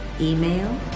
email